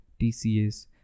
TCS